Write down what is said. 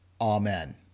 Amen